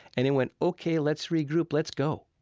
and it went, ok, let's regroup. let's go.